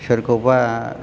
सोरखौबा